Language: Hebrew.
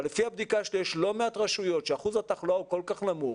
יש לא מעט רשויות שאחוז התחלואה הוא כל כך נמוך,